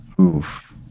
Oof